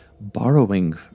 borrowing